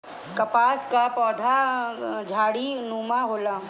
कपास कअ पौधा झाड़ीनुमा होला